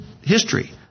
history